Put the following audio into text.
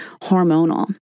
hormonal